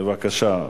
בבקשה.